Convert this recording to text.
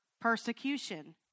persecution